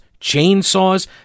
chainsaws